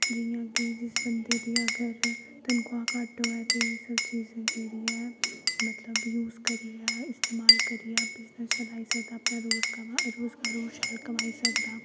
जि'यां कि जिस बंदे दी अगर तन्खवाह् घट्ट होए ते सब्जी सुब्जी जेह्ड़ी ऐ मतलब यूज करियै इस्तेमाल करियै बिजनस चलाई सकदा अपना रोजगार रोजगार होर शैल कमाई सकदा